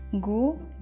Go